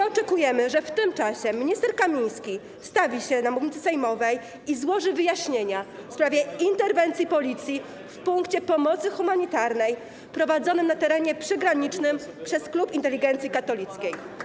Oczekujemy, że w tym czasie minister Kamiński stawi się na mównicy sejmowej i złoży wyjaśnienia w sprawie interwencji policji w punkcie pomocy humanitarnej prowadzonej na terenie przygranicznym przez Klub Inteligencji Katolickiej.